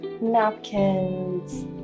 napkins